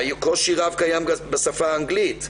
קושי רב קיים גם בשפה האנגלית.